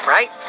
Right